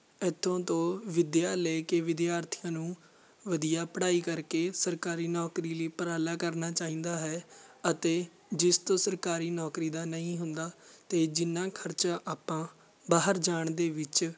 ਇੱਥੋਂ ਤੋਂ ਵਿੱਦਿਆ ਲੈ ਕੇ ਵਿਦਿਆਰਥੀਆਂ ਨੂੰ ਵਧੀਆ ਪੜ੍ਹਾਈ ਕਰਕੇ ਸਰਕਾਰੀ ਨੌਕਰੀ ਲਈ ਉਪਰਾਲਾ ਕਰਨਾ ਚਾਹੀਦਾ ਹੈ ਅਤੇ ਜਿਸ ਤੋਂ ਸਰਕਾਰੀ ਨੌਕਰੀ ਦਾ ਨਹੀਂ ਹੁੰਦਾ ਅਤੇ ਜਿੰਨਾਂ ਖਰਚਾ ਆਪਾਂ ਬਾਹਰ ਜਾਣ ਦੇ ਵਿੱਚ